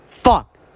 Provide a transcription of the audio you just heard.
fuck